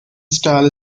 style